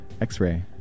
x-ray